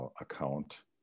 account